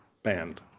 banned